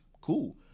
Cool